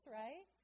right